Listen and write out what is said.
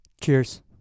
Cheers